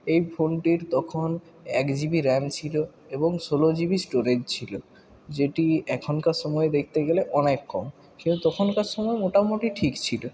এই ফোনটির তখন এক জিবি র্যাম ছিল এবং ষোল জিবি স্টোরেজ ছিল যেটি এখনকার সময় দেখতে গেলে অনেক কম কিন্তু তখনকার সময় মোটামুটি ঠিক ছিল